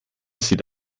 sieht